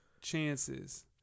chances